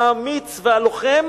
האמיץ והלוחם